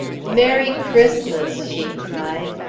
merry christmas! she cried.